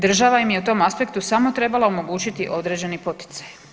Država im je u tom aspektu samo trebala omogućiti određeni poticaj.